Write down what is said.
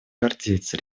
гордиться